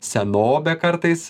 senobę kartais